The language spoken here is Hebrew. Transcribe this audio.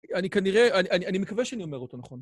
אני כנראה, אני מקווה שאני אומר אותו נכון.